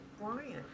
Brian